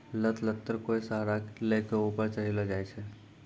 लत लत्तर कोय सहारा लै कॅ ऊपर चढ़ैलो जाय छै